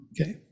Okay